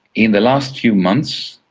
in the last few months,